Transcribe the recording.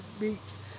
beats